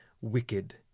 wicked